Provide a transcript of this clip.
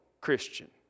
Christian